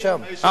לא,